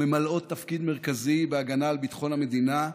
הממלאות תפקיד מרכזי בהגנה על ביטחון המדינה,